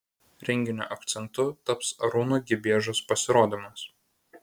renginio akcentu taps arūno gibiežos pasirodymas